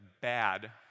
bad